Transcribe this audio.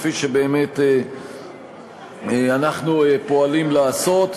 כפי שבאמת אנחנו פועלים לעשות,